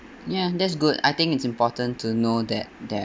ya that's good I think it's important to know that there